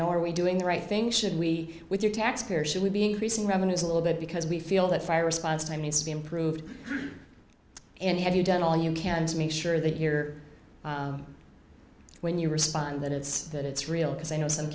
know are we doing the right thing should we with your taxpayer should we be increasing revenues a little bit because we feel that fire response time needs to be improved and have you done all you can to make sure that you're when you respond that it's that it's real because i know some